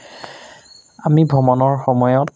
আমি ভ্ৰমণৰ সময়ত